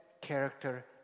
character